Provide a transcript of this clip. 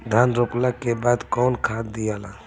धान रोपला के बाद कौन खाद दियाला?